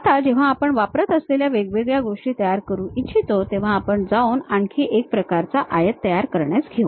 आता जेव्हा आपण वापरत असलेल्या वेगवेगळ्या गोष्टी तयार करू इच्छितो तेव्हा आपण जाऊन आणखी एक प्रकारचा आयत तयार करण्यास घेऊ